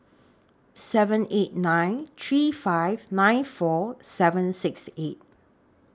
seven eight nine three five nine four seven six eight